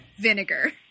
vinegar